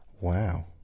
Wow